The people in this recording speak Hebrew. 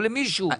או למישהו.